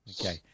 Okay